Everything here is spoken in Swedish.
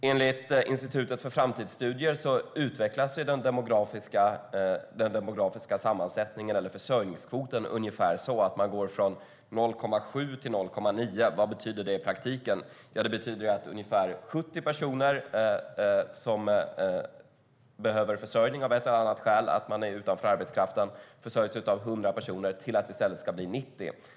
Enligt Institutet för framtidsstudier utvecklas den demografiska försörjningskvoten ungefär på det sättet att man går från 0,7 till 0,9. Vad betyder det i praktiken? Det betyder att de ungefär 70 personer som av ett eller annat skäl är utanför arbetskraften och behöver försörjning och som försörjs av 100 personer i stället ska bli 90.